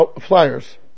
flyers